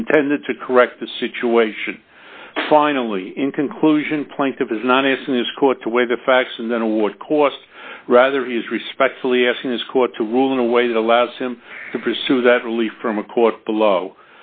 intended to correct the situation finally in conclusion plaintiff is not asking this court to weigh the facts and then award costs rather he is respectfully asking his court to rule in a way that allows him to pursue that relief from a court below